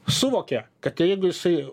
suvokė kad jeigu jisai